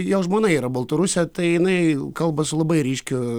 jo žmona yra baltarusė tai jinai kalba su labai ryškiu